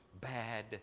bad